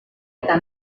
eta